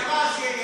היא אמרה את זה.